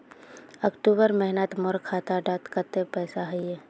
अक्टूबर महीनात मोर खाता डात कत्ते पैसा अहिये?